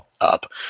up